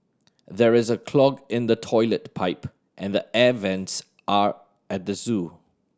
there is a clog in the toilet pipe and the air vents are at the zoo